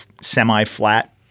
semi-flat